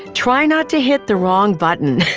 try not to hit the wrong button.